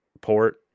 port